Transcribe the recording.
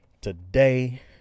today